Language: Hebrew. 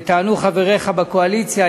וטענו חבריך בקואליציה,